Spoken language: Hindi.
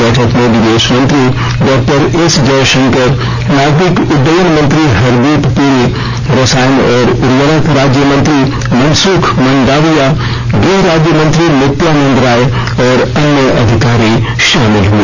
बैठक में विदेश मंत्री डॉ एस जयशंकर नागरिक उड्डयन मंत्री हरदीप पुरी रसायन और उवर्रक राज्य मंत्री मनसुख मंडाविया गृह राज्य मंत्री नित्यानंद राय और अन्य अधिकारी शामिल हुए